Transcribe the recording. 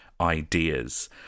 ideas